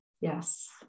Yes